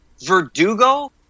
Verdugo